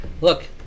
Look